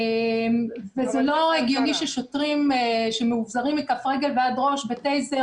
לא הגיוני ששוטרים שמאובזרים מכף רגל ועד ראש בטייזר